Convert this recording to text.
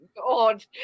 God